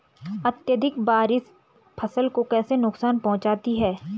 अत्यधिक बारिश फसल को कैसे नुकसान पहुंचाती है?